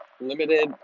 limited